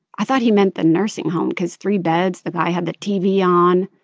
i thought he meant the nursing home because three beds, the guy had the tv on,